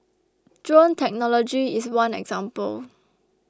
drone technology is one example